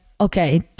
okay